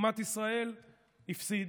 בתקומת ישראל הפסיד.